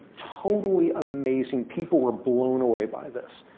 totally amazing. people were blown away by this.